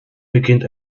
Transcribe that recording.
beginnt